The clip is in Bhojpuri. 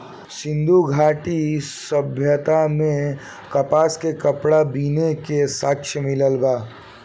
सिंधु घाटी सभ्यता में कपास के कपड़ा बीने के साक्ष्य मिलल बा